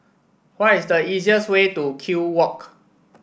what is the easiest way to Kew Walk